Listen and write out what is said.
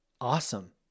awesome